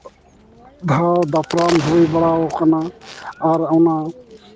ᱫᱷᱟᱣ ᱫᱟᱯᱨᱟᱢ ᱦᱩᱭ ᱵᱟᱲᱟ ᱟᱠᱟᱱᱟ ᱟᱨ ᱚᱱᱟ